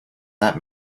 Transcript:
that